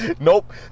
Nope